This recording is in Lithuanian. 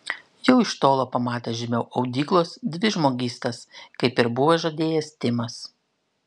jau iš tolo pamatė žemiau audyklos dvi žmogystas kaip ir buvo žadėjęs timas